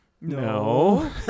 No